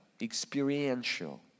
experiential